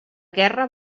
guerra